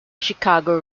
chicago